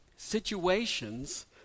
situations